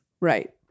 Right